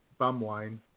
Bumwine